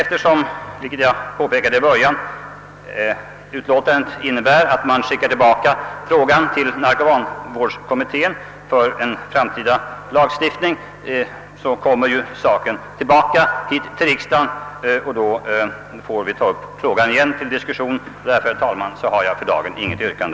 Då, vilket jag påpekade i början, utlåtandet innebär att man skickar tillbaka frågan för en framtida lagstiftning så kommer saken ju tillbaka till riksdagen. Då får den tas upp till förnyad diskussion. Därför har jag, herr talman, för dagen inget yrkande.